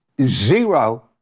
zero